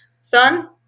son